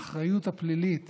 האחריות הפלילית